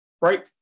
right